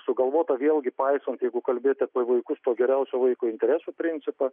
sugalvota vėlgi paisant jeigu kalbėt apie vaikus tuo geriausių vaiko interesų principą